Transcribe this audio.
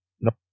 Nope